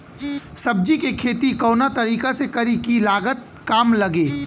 सब्जी के खेती कवना तरीका से करी की लागत काम लगे?